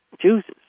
chooses